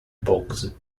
bogs